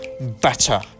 better